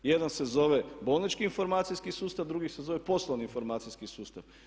Jedan se zove bolnički informacijski sustav a drugi se zove poslovni informacijski sustav.